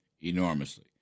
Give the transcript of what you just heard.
enormously